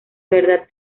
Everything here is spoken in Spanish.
verdad